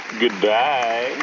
Goodbye